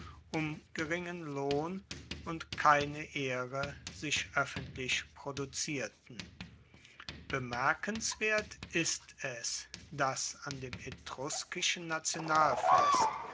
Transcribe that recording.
um geringen lohn und keine ehre sich oeffentlich produzierten bemerkenswerter ist es dass an dem etruskischen nationalfest